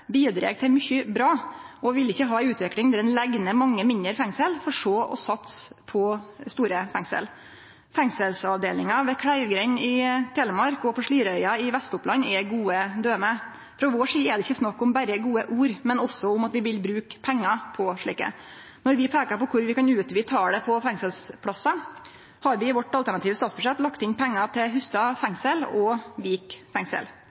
bidreg til mykje bra, og vil ikkje ha ei utvikling der ein legg ned mange mindre fengsel for så å satse på store fengsel. Fengselsavdelinga ved Kleivgrend i Telemark og på Slidreøya i Vest-Oppland er gode døme. Frå vår side er det ikkje snakk om berre gode ord, men også om at vi vil bruke pengar på slike. Når vi peikar på kor vi kan utvide talet på fengselsplassar, har vi i vårt alternative statsbudsjett lagt inn pengar til Hustad fengsel og Vik fengsel.